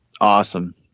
Awesome